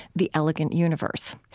the elegant universe.